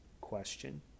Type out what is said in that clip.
question